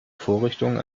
vorrichtung